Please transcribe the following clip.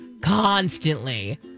constantly